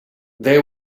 they